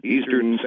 Eastern